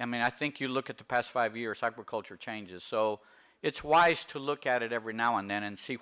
i mean i think you look at the past five years i've recalled your changes so it's wise to look at it every now and then and see